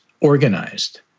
organized